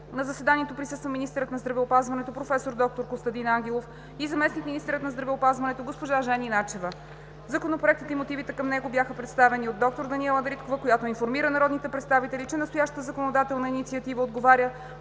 На заседанието присъства министърът на здравеопазването професор доктор Костадин Ангелов и заместник-министърът на здравеопазването госпожа Жени Начева. Законопроектът и мотивите към него бяха представени от доктор Даниела Дариткова, която информира народните представители, че настоящата законодателна инициатива отговаря